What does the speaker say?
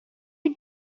you